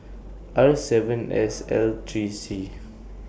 R seven S L three C